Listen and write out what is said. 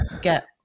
get